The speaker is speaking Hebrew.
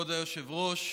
כבוד היושב-ראש,